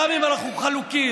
גם אם אנחנו חלוקים.